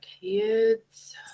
kids